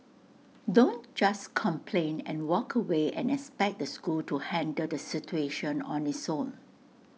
don't just complain and walk away and expect the school to handle the situation on its own